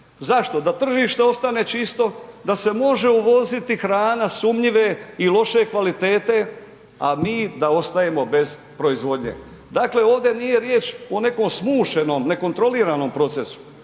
Zašto? Da tržište ostane čisto, da se može uvoziti hrana sumnjive i loše kvalitete a mi da ostajemo bez proizvodnje. Dakle, ovdje nije riječ o nekom smušenom, nekontroliranom procesu,